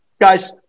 guys